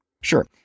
Sure